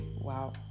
wow